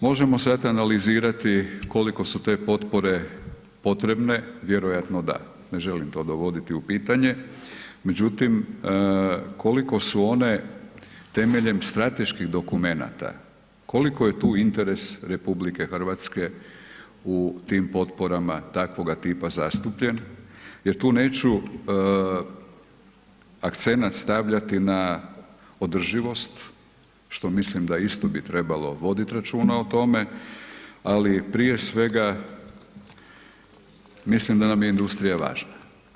Možemo sad analizirati koliko su te potpore potrebne, vjerojatno da, ne želim to dovoditi u pitanje međutim, koliko su one temeljem strateških dokumenata, koliko je tu interes RH u tim potporama takvoga tipa zastupljen jer tu neću akcenat stavljati na održivost što mislim da isto bi trebalo voditi računa o tome ali prije svega, mislim da nam je industrija važna.